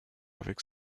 avec